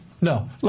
No